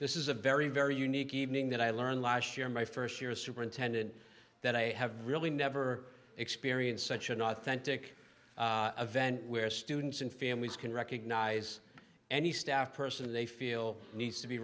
this is a very very unique evening that i learned last year my first year as superintendent that i have really never experienced such an authentic event where students and families can recognize any staff person they feel needs to be